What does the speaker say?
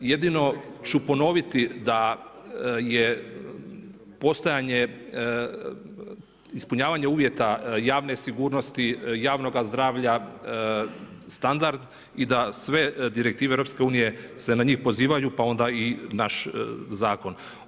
Jedino ću ponoviti, da je postojanje ispunjavanje uvjeta javne sigurnosti, javnoga zdravlja standard i da sve direktive EU se na njih pozivaju, pa onda i naš zakon.